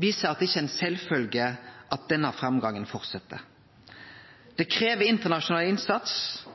viser at det ikkje er sjølvsagt at den framgangen held fram. Det krev internasjonal innsats